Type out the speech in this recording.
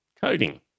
Coding